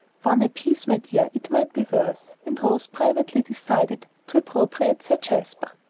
one apiece, my dear, it might be worse. and rose privately decided to appropriate sir jasper.